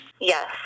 Yes